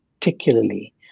particularly